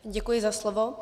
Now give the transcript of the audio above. Děkuji za slovo.